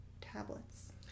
tablets